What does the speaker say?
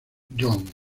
jong